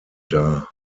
dar